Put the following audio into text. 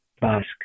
Basque